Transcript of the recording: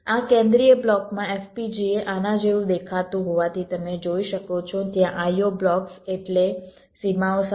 આ કેન્દ્રીય બ્લોકમાં FPGA આના જેવું દેખાતું હોવાથી તમે જોઈ શકો છો ત્યાં IO બ્લોક્સ એટલે સીમાઓ સાથે